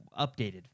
updated